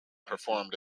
performed